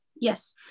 Yes